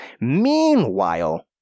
meanwhile